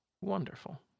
Wonderful